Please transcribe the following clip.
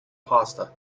pasta